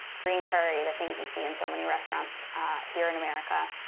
green curry, the things you see in so many restaurants here in america.